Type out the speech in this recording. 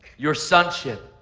your sonship.